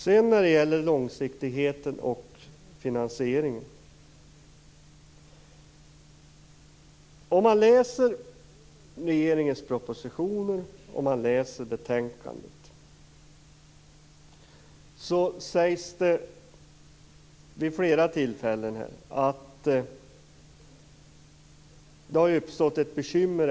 Sedan vill jag ta upp långsiktigheten och finansieringen. Om man läser regeringens propositioner, och om man läser betänkandet, så sägs det vid flera tillfällen att det har uppstått ett bekymmer.